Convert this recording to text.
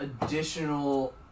additional